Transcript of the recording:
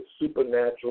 supernatural